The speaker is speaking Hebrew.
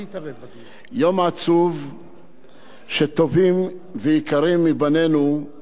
כי טובים ויקרים מבנינו הלכו לעולמם באסון הכרמל.